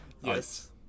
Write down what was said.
Yes